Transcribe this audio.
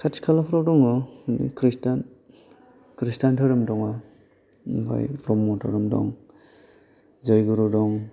खाथि खालाफोराव दङ ख्रिष्टियान ख्रिष्टियान धोरोम दङ ब्रह्म धोरोम दं जयगुरु दं